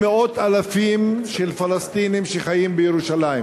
מאות אלפים של פלסטינים שחיים בירושלים,